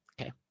Okay